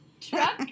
Truck